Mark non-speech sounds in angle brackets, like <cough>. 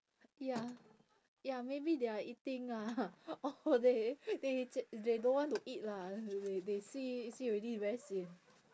ya ya maybe they are eating ah <laughs> or they they <noise> they don't want to eat lah they they see see already very sian